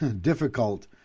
difficult